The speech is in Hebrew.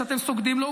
שאתם סוגדים לו,